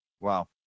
Wow